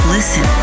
Listen